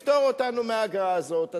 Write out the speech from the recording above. פשוט לפטור אותנו מהאגרה הזאת.